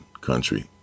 country